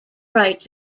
right